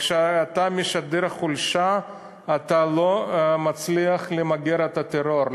וכשאתה משדר חולשה אתה לא מצליח למגר את הטרור,